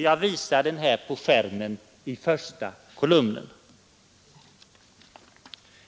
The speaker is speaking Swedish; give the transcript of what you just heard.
Jag visar det på bildskärmen genom den första kolumnen.